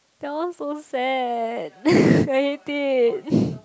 that was so sad I hate it